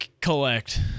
collect